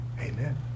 Amen